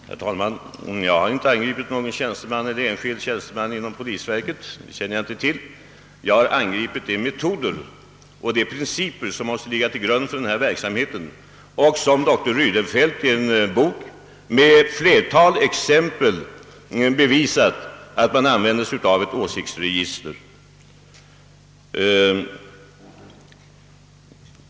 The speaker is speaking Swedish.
Herr talman! Jag har inte angripit någon enskild tjänsteman inom polisverket, utan jag har angripit de metoder och principer som måste ligga till grund för verksamheten. Dr Rydenfelt har i en bok med ett flertal exempel visat att man använder ett åsiktsregister.